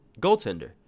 Goaltender